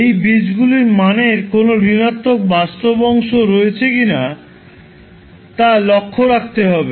এই বীজগুলির মানের কোনও ঋণাত্মক বাস্তব অংশ রয়েছে কিনা তা লক্ষ্য রাখতে হবে